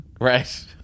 Right